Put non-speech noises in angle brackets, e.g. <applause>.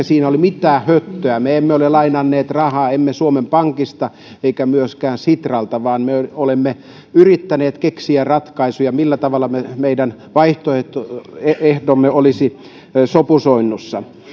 <unintelligible> siinä ole mitään höttöä me emme ole lainanneet rahaa emme suomen pankista emmekä myöskään sitralta vaan me olemme yrittäneet keksiä ratkaisuja millä tavalla meidän vaihtoehtomme olisi sopusoinnussa